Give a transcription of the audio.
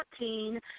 14